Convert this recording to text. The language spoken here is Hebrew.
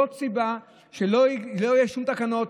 זאת הסיבה לכך שלא יהיו שום תקנות.